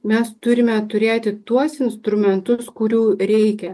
mes turime turėti tuos instrumentus kurių reikia